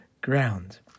ground